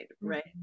right